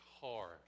hard